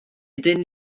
ydyn